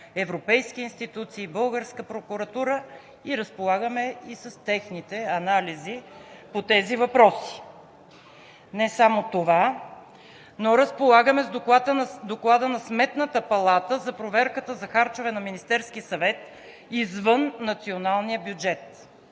европейските институции, българската прокуратура и разполагаме с техните анализи по тези въпроси. Не само това, но разполагаме с Доклада на Сметната палата за проверката за харчове на Министерския съвет извън националния бюджет